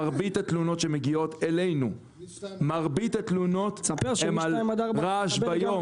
מרבית התלונות שמגיעות אלינו הן על רעש ביום.